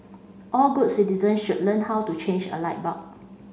all good citizens should learn how to change a light bulb